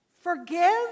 Forgive